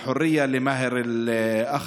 (אומר בערבית: חירות למאהר אל-אח'רס.